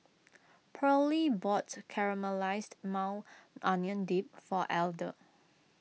Pearlie bought Caramelized Maui Onion Dip for Elder